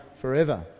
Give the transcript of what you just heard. forever